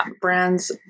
Brands